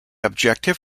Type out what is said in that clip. objective